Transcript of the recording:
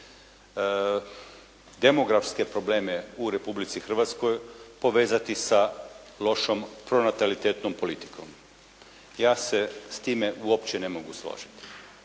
demografske probleme u Republici Hrvatskoj povezati sa lošom pronatalitetnom politikom. Ja se s time uopće ne mogu složiti.